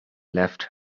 left